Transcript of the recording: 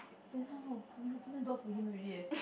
then how we open the door for him already eh